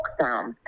lockdown